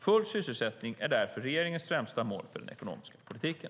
Full sysselsättning är därför regeringens främsta mål för den ekonomiska politiken.